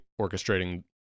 orchestrating